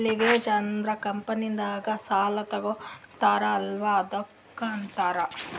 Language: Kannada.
ಲಿವ್ರೇಜ್ ಅಂದುರ್ ಕಂಪನಿನಾಗ್ ಸಾಲಾ ತಗೋತಾರ್ ಅಲ್ಲಾ ಅದ್ದುಕ ಅಂತಾರ್